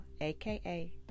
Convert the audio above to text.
aka